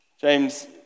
James